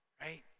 right